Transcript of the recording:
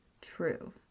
true